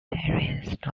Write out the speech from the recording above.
perianth